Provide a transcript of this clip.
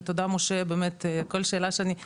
באמת תודה משה על כל שאלה שיש לי,